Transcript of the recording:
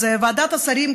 אז ועדת השרים,